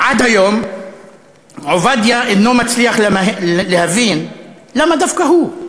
עד היום עובדיה אינו מצליח להבין למה דווקא הוא,